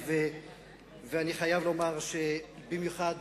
אני חייב לומר, במיוחד